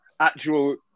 actual